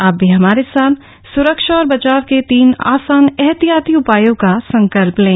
आप भी हमारे साथ स्रक्षा और बचाव के तीन आसान एहतियाती उपायों का संकल्प लें